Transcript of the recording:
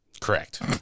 Correct